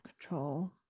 control